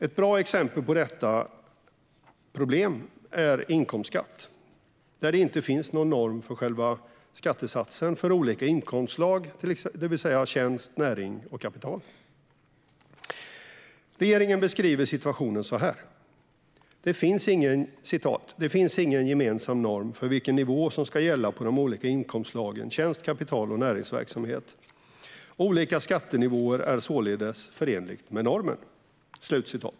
Ett bra exempel på detta problem är inkomstskatt, där det inte finns någon norm för själva skattesatsen för olika inkomstslag, det vill säga tjänst, näring och kapital. Regeringen beskriver situationen så här: "Det finns . ingen gemensam norm för vilken skattenivå som ska gälla för de olika inkomstslagen tjänst, kapital och näringsverksamhet. Olika skattenivåer är således förenligt med normen."